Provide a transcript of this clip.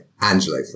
angelo